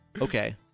Okay